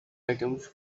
items